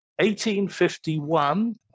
1851